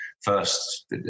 first